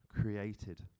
created